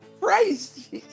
Christ